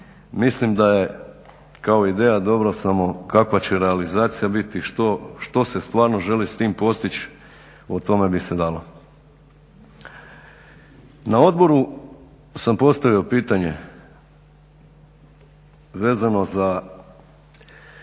Mislim da je kao ideja dobra, samo kakva će realizacija biti, što se stvarno želi s tim postići o tome bi se dalo. Na odboru sam postavio pitanje vezano za